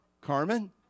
Carmen